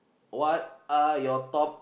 what are your top